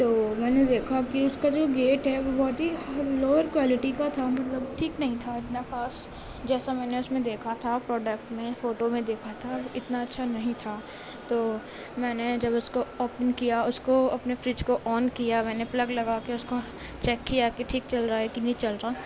تو میں نے دیکھا کہ اس کا جو گیٹ ہے وہ بہت ہی لوور کوالٹی کا تھا مطلب ٹھیک نہیں تھا اتنا خاص جیسا میں نے اس میں دیکھا تھا پروڈکٹ میں فوٹو میں دیکھا تھا اتنا اچھا نہیں تھا تو میں نے جب اس کو اوپن کیا اس کو اپنے فریج کو آن کیا میں نے پلگ لگا کے اس کا چیک کیا کہ ٹھیک چل رہا ہے کہ نہیں چل رہا